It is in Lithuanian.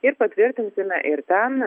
ir patvirtinsime ir ten